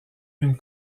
une